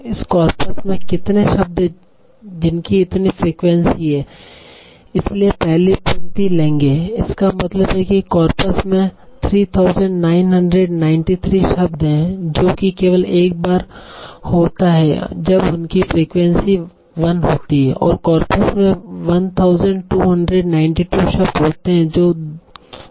इस कॉर्पस में कितने शब्द हैं जिनकी इतनी फ्रीक्वेंसी है इसलिए पहली पंक्ति लेंगे इसका मतलब है कि कॉर्पस में 3993 शब्द हैं जो कि केवल एक बार होता है जब उनकी फ्रीक्वेंसी 1 होती है और कॉर्पस में 1292 शब्द होते हैं जो दो बार या अधिक होते हैं